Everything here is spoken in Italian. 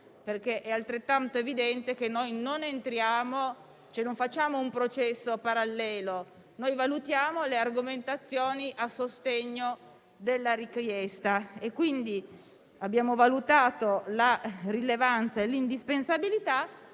perché è evidente che noi non facciamo un processo parallelo, ma valutiamo le argomentazioni a sostegno della richiesta. Quindi, abbiamo valutato la rilevanza e l'indispensabilità